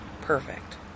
Perfect